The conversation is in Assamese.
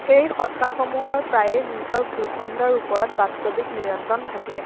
এই সত্তাসমূহৰ প্ৰায়ে নিজৰ ভূখণ্ডৰ ওপৰত বাস্তৱিক নিয়ন্ত্ৰণ থাকে